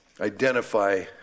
identify